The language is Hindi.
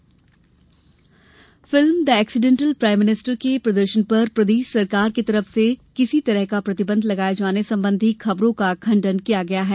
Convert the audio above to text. film Congress film The Accidental Prime Minister के प्रदर्शन पर प्रदेश सरकार की तरफ से किसी तरह का प्रतिबंघ लगाए जाने संबंधी खबरों का खण्डन किया है